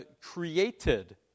created